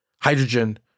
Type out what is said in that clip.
hydrogen